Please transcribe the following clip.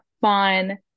fun